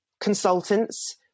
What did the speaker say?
consultants